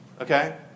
okay